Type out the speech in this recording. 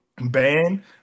ban